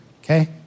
Okay